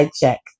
check